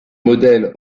modèles